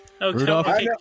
Rudolph